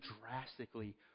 drastically